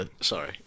sorry